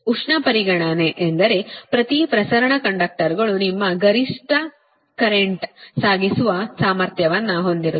ಉಷ್ಣ ಪರಿಗಣನೆ ಎಂದರೆ ಪ್ರತಿ ಪ್ರಸರಣ ಕಂಡಕ್ಟರ್ಗಳು ನಿಮ್ಮ ಗರಿಷ್ಠ ಕರೆಂಟ್ವನ್ನು ಸಾಗಿಸುವ ಸಾಮರ್ಥ್ಯವನ್ನು ಹೊಂದಿರುತ್ತವೆ